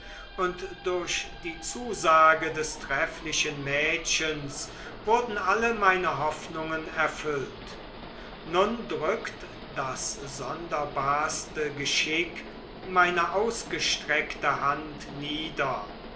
und durch die zusage des trefflichen mädchens wurden alle meine hoffnungen erfüllt nun drückt das sonderbarste geschick meine ausgestreckte hand nieder